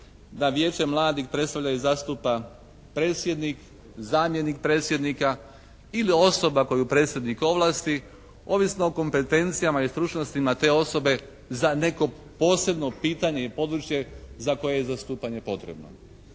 da Vijeće mladih predstavlja i zastupa predsjednik, zamjenik predsjednika ili osoba koju predsjednik ovlasti ovisno o kompetnecijama i stručnostima te osobe za neko posebno pitanje i područje za koje je zastupanje potrebno.